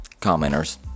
commenters